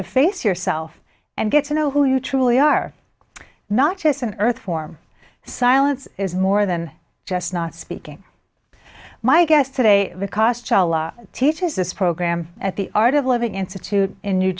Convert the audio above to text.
to face yourself and get to know who you truly are not just an earth form silence is more than just not speaking my guest today the cost teaches this program at the art of living institute in new